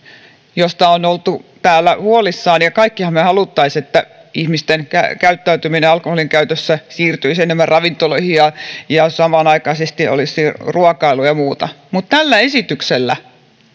josta on oltu täällä huolissaan kaikkihan me haluaisimme että ihmisten käyttäytyminen alkoholinkäytössä siirtyisi enemmän ravintoloihin ja ja samanaikaisesti olisi ruokailua ja muuta mutta tällä esityksellä